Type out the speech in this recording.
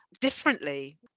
differently